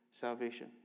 Salvation